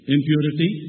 Impurity